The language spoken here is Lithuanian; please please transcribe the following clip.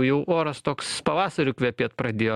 au oras toks pavasariu kvepėt pradėjo